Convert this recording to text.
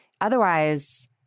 Otherwise